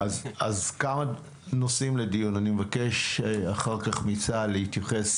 אני אבקש אחר כך מצה"ל להתייחס